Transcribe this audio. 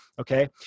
Okay